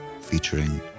featuring